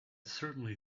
certainly